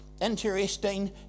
Interesting